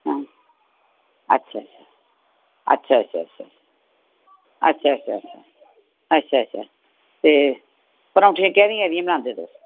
हां अच्छा अच्छा अच्छा अच्छा अच्छा अच्छा अच्छा अच्छा अच्छा अच्छा अच्छा ते परौंठियां कैह्दियां कैह्दियां बनांदे तुस